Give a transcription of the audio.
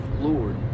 Lord